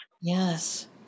yes